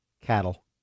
Cattle